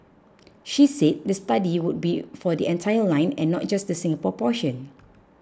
she said the study would be for the entire line and not just the Singapore portion